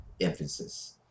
emphasis